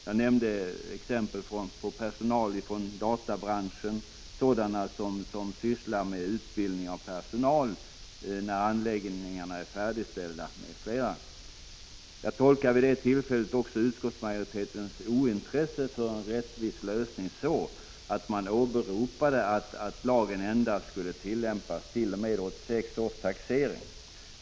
Jag nämnde bl.a. personal inom databranschen, sådana som sysslar med utbildning av personal när anläggningar är färdigställda m.fl. Vid det tillfället tolkade jag utskottsmajoritetens ointresse för en rättvis lösning så, att man åberopade det förhållandet att lagen endast skulle tillämpas t.o.m. 1986 års taxering.